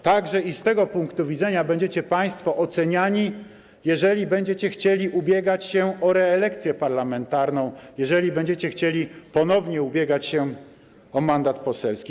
Także i z tego punktu widzenia będziecie Państwo oceniani, jeżeli będziecie chcieli ubiegać się o reelekcję parlamentarną, jeżeli będziecie chcieli ponownie ubiegać się o mandat poselski.